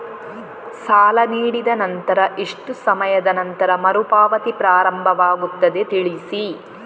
ಸಾಲ ನೀಡಿದ ನಂತರ ಎಷ್ಟು ಸಮಯದ ನಂತರ ಮರುಪಾವತಿ ಪ್ರಾರಂಭವಾಗುತ್ತದೆ ತಿಳಿಸಿ?